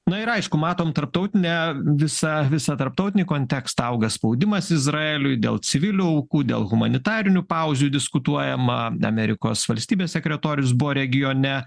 na ir aišku matom tarptautinę visą visą tarptautinį kontekstą auga spaudimas izraeliui dėl civilių aukų dėl humanitarinių pauzių diskutuojama amerikos valstybės sekretorius buvo regione